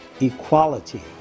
equality